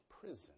prison